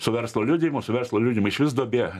su verslo liudijimu su verslo liudijimu išvis duobė